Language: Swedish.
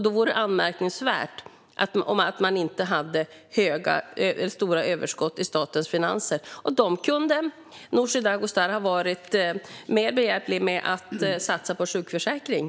Då vore det anmärkningsvärt om man inte hade stora överskott i statens finanser. Dessa kunde Nooshi Dadgostar ha varit mer behjälplig med att satsa på sjukförsäkringen.